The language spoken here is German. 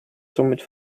somit